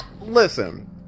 listen